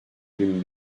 bin